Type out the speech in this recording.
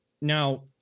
Now